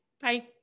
Bye